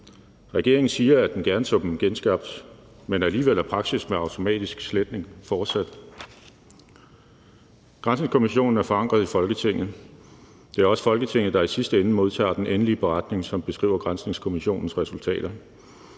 Regeringen siger, at den gerne så dem genskabt, men alligevel er praksis med automatisk sletning fortsat. Granskningskommissionen er forankret i Folketinget. Det er også Folketinget, der i sidste ende modtager den endelige beretning, som beskriver granskningskommissionens resultater.